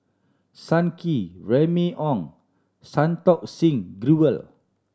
Sun Kee Remy Ong Santokh Singh Grewal